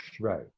right